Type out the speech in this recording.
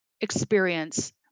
experience